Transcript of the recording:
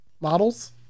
models